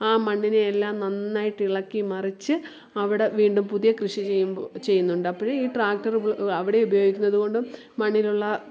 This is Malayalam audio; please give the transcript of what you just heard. ആ മണ്ണിനെ എല്ലാം നന്നായിട്ട് ഇളക്കി മറിച്ച് അവിടെ വീണ്ടും പുതിയ കൃഷി ചെയ്യുമ്പോൾ ചെയ്യുന്നുണ്ട് അപ്പം ഈ ട്രാക്ടറുകൾ അവിടെ ഉപയോഗിക്കുന്നതുകൊണ്ടും മണ്ണിലുള്ള